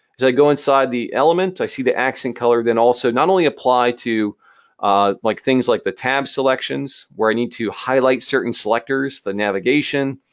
as i go inside the element, i see the accent color then also not only applied to like things like the tab selections where i need to highlight certain selectors, the navigation.